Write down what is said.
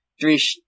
three